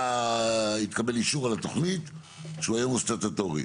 התקבל אישור על התוכנית שהוא היום הוא סטטוטורי,